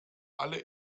alle